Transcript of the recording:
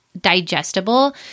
digestible